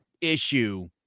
issue